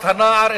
את הנער,